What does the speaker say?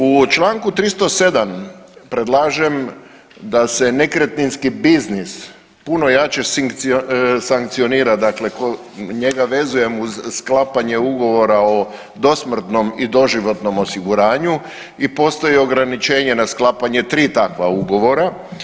U Članku 307. predlažem da se nekretninski biznis puno jače sankcionira dakle njega vezujem uz sklapanje ugovora o dosmrtnom i doživotnom osiguranju i postoji ograničenje na sklapanje 3 takva ugovora.